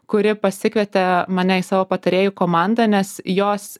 kuri pasikvietė mane į savo patarėjų komandą nes jos